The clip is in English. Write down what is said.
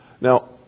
Now